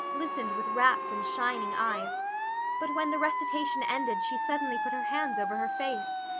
listened with rapt and shining eyes but when the recitation ended she suddenly put her hands over her face.